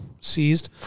seized